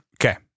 Okay